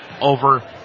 over